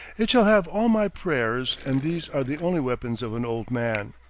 it shall have all my prayers and these are the only weapons of an old man.